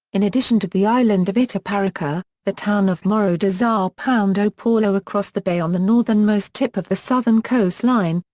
in addition to the island of itaparica, the town of morro de sao and ah paulo across the bay on the northernmost tip of the southern coastline,